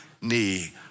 knee